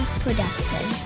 Production